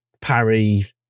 parry